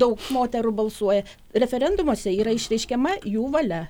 daug moterų balsuoja referendumuose yra išreiškiama jų valia